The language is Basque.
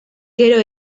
gero